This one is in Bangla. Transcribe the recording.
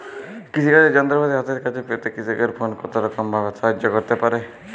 কৃষিকাজের যন্ত্রপাতি হাতের কাছে পেতে কৃষকের ফোন কত রকম ভাবে সাহায্য করতে পারে?